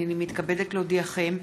הינני מתכבדת להודיעכם,